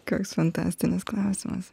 koks fantastinis klausimas